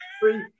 free